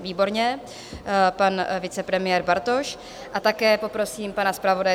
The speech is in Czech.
Výborně, pan vicepremiér Bartoš, a také poprosím pana zpravodaje.